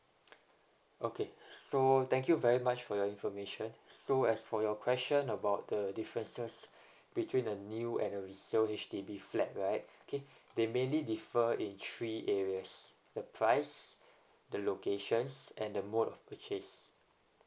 okay so thank you very much for your information so as for your question about the differences between the new and the resale H_D_B flat right okay they mainly differ in three areas the price the locations and the mode of purchase